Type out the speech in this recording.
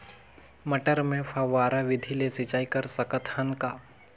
मटर मे फव्वारा विधि ले सिंचाई कर सकत हन का?